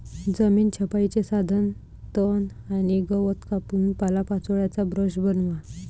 जमीन छपाईचे साधन तण आणि गवत कापून पालापाचोळ्याचा ब्रश बनवा